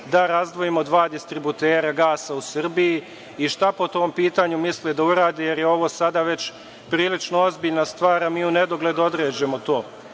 da razdvojimo dva distributera gasa u Srbiji i šta po tom pitanju misli da uradi jer je ovo sada već prilično ozbiljna stvar, a mi unedogled odlažemo to.